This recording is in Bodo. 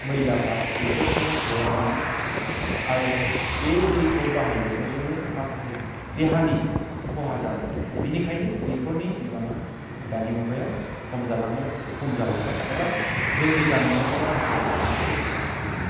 मैलाफ्रा दैखर सिङाव गलाङोमोन आरो बे दैखौ बाहायनायाव जोङो माखासे देहानि खहा जानाङोमोन बेनिखायनो दैखरनि बिबाङा दानि मुगायाव खम जालांबाय एबा जोंनि गामियाव एबा ओनसोलाव दैखरनि बिबाङा गैलिया